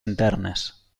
internes